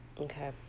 Okay